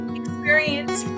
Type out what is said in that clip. experience